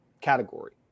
category